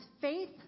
faith